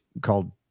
called